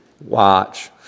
Watch